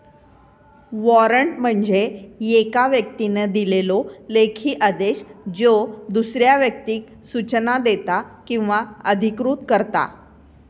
warrant म्हणजे येका व्यक्तीन दिलेलो लेखी आदेश ज्यो दुसऱ्या व्यक्तीक सूचना देता किंवा अधिकृत करता